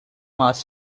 mass